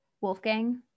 Wolfgang